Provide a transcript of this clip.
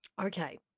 Okay